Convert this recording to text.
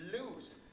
lose